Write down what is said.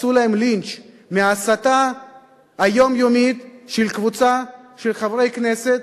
עשו להם לינץ' מההסתה היומיומית של קבוצה של חברי כנסת